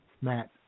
Matt